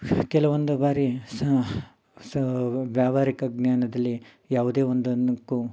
ಕೆಲವೊಂದು ಬಾರಿ so so ವ್ಯಾವಹಾರಿಕ ಜ್ಞಾನದಲ್ಲಿ ಯಾವುದೇ ಒಂದಕ್ಕೂ